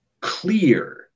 clear